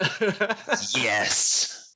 Yes